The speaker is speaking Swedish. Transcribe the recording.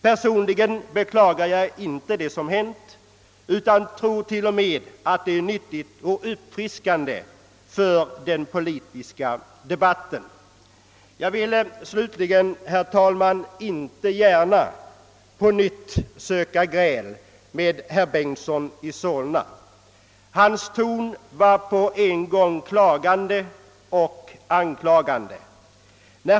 Personligen beklagar jag inte det som hänt utan tror t.o.m. att det varit nyttigt och uppfriskande för den politiska debatten. Jag vill, herr talman, inte gärna på nytt söka gräl med herr Bengtson i Solna. Hans ton var på en gång klagande och anklagande.